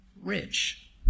rich